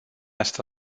asta